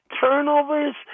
turnovers